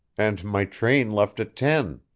and my train left at ten.